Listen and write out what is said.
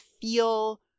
feel